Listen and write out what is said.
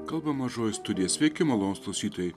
kalba mažoji studija sveiki malonūs klausytojai